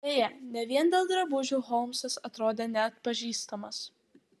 beje ne vien dėl drabužių holmsas atrodė neatpažįstamas